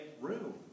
room